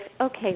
okay